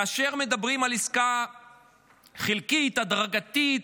כאשר מדברים על עסקה חלקית, הדרגתית,